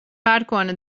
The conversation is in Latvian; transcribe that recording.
pērkona